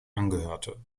angehörte